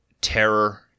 terror